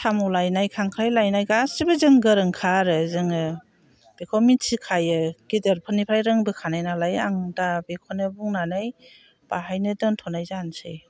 साम' लायनाय खांख्राइ लानाय गासिबो जों गोरोंखा आरो जोङो बेखौ मिनथिखायो गेदेरफोरनिफ्राय रोंबोखानायनालाय आं दा बेखौनो बुंनानै बाहायनो दोनथ'नाय जानोसै